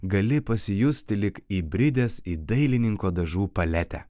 gali pasijusti lyg įbridęs į dailininko dažų paletę